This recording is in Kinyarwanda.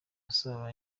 asaba